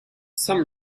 some